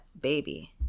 baby